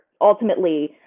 ultimately